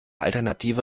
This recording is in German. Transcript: alternative